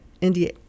India